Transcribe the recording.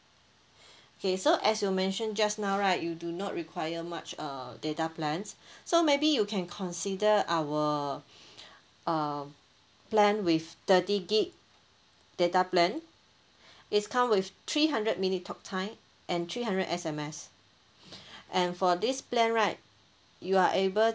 K so as you mentioned just now right you do not require much uh data plans so maybe you can consider our uh plan with thirty gig data plan it's come with three hundred minute talk time and three hundred S_M_S and for this plan right you are able